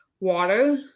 water